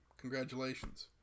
Congratulations